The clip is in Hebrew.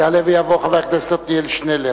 יעלה ויבוא חבר הכנסת עתניאל שנלר.